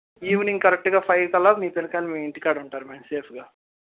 evening కరెక్ట్గా ఫైవ్కల్లా మీ పిల్లకాయలు మీ ఇంటికాడ ఉంటారు మ్యామ్ సేఫ్గా